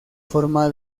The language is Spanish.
forma